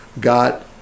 got